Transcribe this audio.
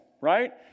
right